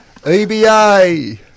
EBA